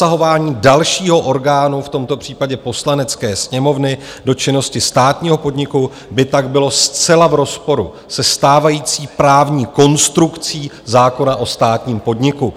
Zasahování dalšího orgánu, v tomto případě Poslanecké sněmovny, do činnosti státního podniku by tak bylo zcela v rozporu se stávající právní konstrukcí zákona o státním podniku.